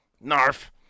Narf